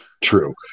true